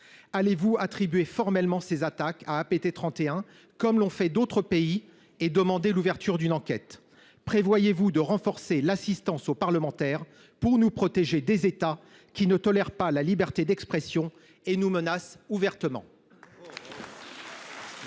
vous formellement ces attaques à ce groupe, comme l’ont fait d’autres pays, et demanderez vous l’ouverture d’une enquête ? Prévoyez vous de renforcer l’assistance aux parlementaires, pour les protéger des États qui ne tolèrent pas la liberté d’expression et qui les menacent ouvertement ?